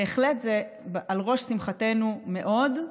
בהחלט זה על ראש שמחתנו, מאוד,